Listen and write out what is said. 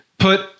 Put